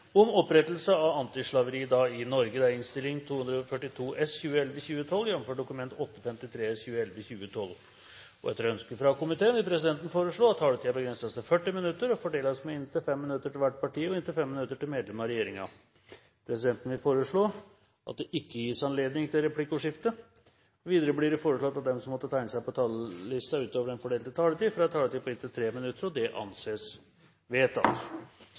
om ordet til sakene nr. 5 og 6. Etter ønske fra justiskomiteen vil presidenten foreslå at taletiden begrenses til 40 minutter og fordeles med inntil 5 minutter til hvert parti og inntil 5 minutter til medlem av regjeringen. Presidenten vil foreslå at det ikke gis anledning til replikkordskifte. Videre blir det foreslått at de som måtte tegne seg på talerlisten utover den fordelte taletid, får en taletid på inntil 3 minutter. – Det anses vedtatt.